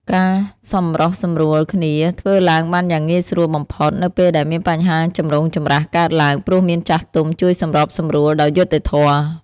ការសម្រុះសម្រួលគ្នាធ្វើឡើងបានយ៉ាងងាយស្រួលបំផុត នៅពេលដែលមានបញ្ហាចម្រូងចម្រាសកើតឡើង ព្រោះមានចាស់ទុំជួយសម្របសម្រួលដោយយុត្តិធម៌។